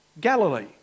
Galilee